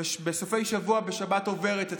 בסופי שבוע ושבת עוברת אתכם?